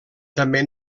també